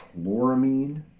chloramine